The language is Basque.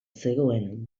zegoen